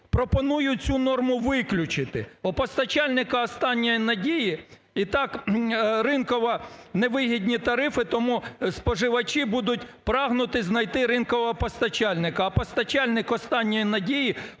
Пропоную цю норму виключити. У постачальника останньої надії і так ринково невигідні тарифи, тому споживачі будуть прагнути знайти ринкового постачальника. А постачальник останньої надії